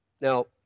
Now